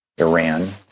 Iran